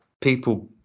people